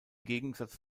gegensatz